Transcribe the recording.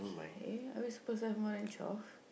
eh are we supposed to have more than twelve